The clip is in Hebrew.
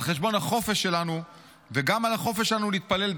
על חשבון החופש שלנו (גם החופש שלנו להתפלל,